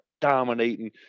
dominating